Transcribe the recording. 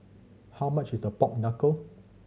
how much is the pork knuckle